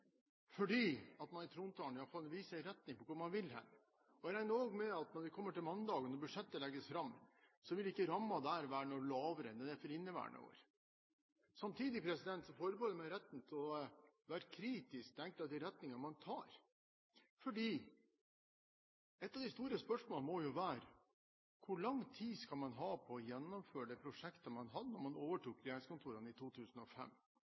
fordi man i trontalen iallfall viser en retning for hvor man vil hen. Jeg regner også med at når vi kommer til mandag, når budsjettet legges fram, så vil ikke rammen der være noe lavere enn den er for inneværende år. Samtidig forbeholder jeg meg retten til å være kritisk til enkelte av de retningene man tar. For et av de store spørsmålene må jo være: Hvor lang tid skal man ha på å gjennomføre det prosjektet man hadde da man overtok regjeringskontorene i 2005?